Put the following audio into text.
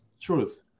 truth